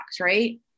right